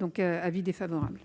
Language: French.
L'avis est donc défavorable.